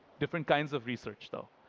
different kinds of research, though.